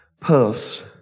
puffs